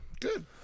Good